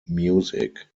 music